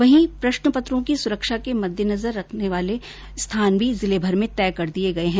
वहीं प्रश्न पत्रों की सुरक्षा के मद्देनजर रखे जाने वाले स्थान भी जिले भर में तय कर दिए गए हैं